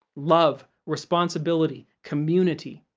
love, responsibility, community.